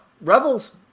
Rebels